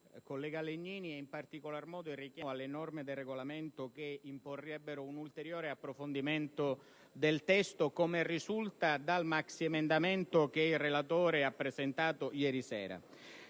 collega Legnini, in particolar modo il richiamo alle norme del Regolamento che imporrebbero un ulteriore approfondimento del testo, come risulta dal maxiemendamento che il relatore ha presentato ieri sera.